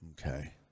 Okay